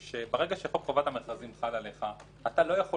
שחוק חובת המכרזים חל עליך אתה לא יכול